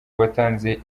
uwatanze